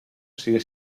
sigue